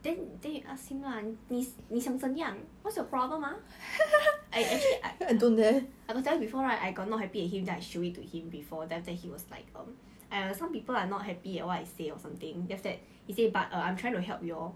then you ask him lah 你想怎样 what's your problem ah actually I I got tell you before right I got not happy at him then I show it to him before then after that he was like um !aiya! some people are not happy at what I say or something then after that he say but err I'm trying to help you all